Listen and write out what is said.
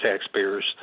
taxpayers